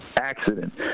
accident